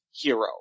Hero